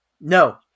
no